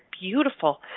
beautiful